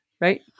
right